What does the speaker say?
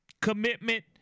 commitment